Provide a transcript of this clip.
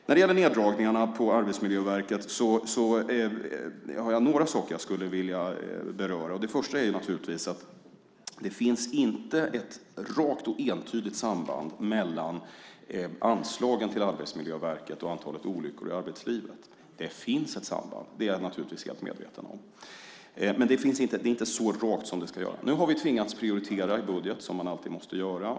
När det gäller neddragningarna på Arbetsmiljöverket har jag några saker jag skulle vilja beröra. Det första är att det inte finns ett rakt och entydigt samband mellan anslagen till Arbetsmiljöverket och antalet olyckor i arbetslivet. Jag är naturligtvis helt medveten om att det finns ett samband. Men det är inte så rakt. Nu har vi tvingats prioritera i budgeten, som man alltid måste göra.